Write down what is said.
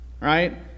right